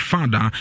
Father